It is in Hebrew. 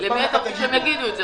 שהם יגידו את זה.